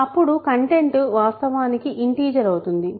అప్పుడు కంటెంట్ వాస్తవానికి ఇంటిజర్ అవుతుంది